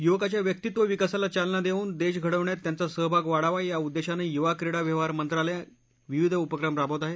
युवकाच्या व्यक्तित्व विकासाला चालना देऊन देश घडवण्यात त्यांचा सहभाग वाढावा या उद्देशानं युवा क्रीडा व्यवहार मंत्रालय विविध उपक्रम राबवत आहे